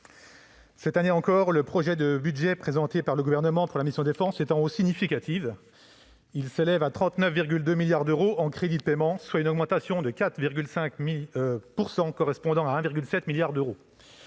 Cette année encore, le projet de budget présenté par le Gouvernement pour la mission « Défense » est en hausse significative. Il s'élève à 39,2 milliards d'euros en crédits de paiement, soit une augmentation de 4,5 % correspondant à 1,7 milliard d'euros.